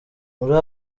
muri